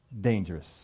dangerous